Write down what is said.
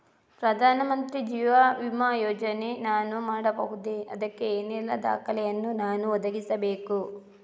ಪ್ರಧಾನ ಮಂತ್ರಿ ಜೀವ ವಿಮೆ ಯೋಜನೆ ನಾನು ಮಾಡಬಹುದೇ, ಅದಕ್ಕೆ ಏನೆಲ್ಲ ದಾಖಲೆ ಯನ್ನು ನಾನು ಒದಗಿಸಬೇಕು?